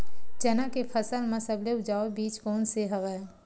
चना के फसल म सबले उपजाऊ बीज कोन स हवय?